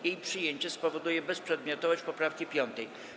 Jej przyjęcie spowoduje bezprzedmiotowość poprawki 5.